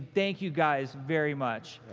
thank you, guys, very much.